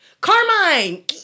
Carmine